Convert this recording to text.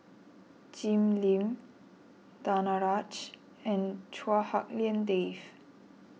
Jim Lim Danaraj and Chua Hak Lien Dave